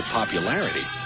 popularity